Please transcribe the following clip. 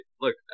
look